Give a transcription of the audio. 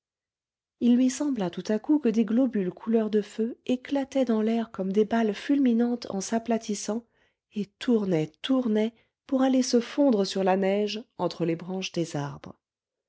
il lui sembla tout à coup que des globules couleur de feu éclataient dans l'air comme des balles fulminantes en s'aplatissant et tournaient tournaient pour aller se fondre sur la neige entre les branches des arbres